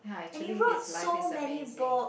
and he rode so many boat